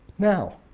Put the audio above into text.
now